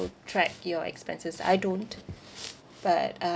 track your expenses I don't but uh